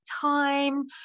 time